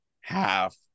half